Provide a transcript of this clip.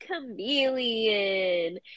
Chameleon